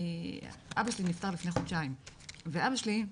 אבא שלי נפטר לפני חודשיים ואבא שלי,